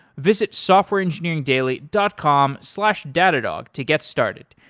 visit softwareengineeringdaily dot com slash datadog to get started.